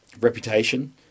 reputation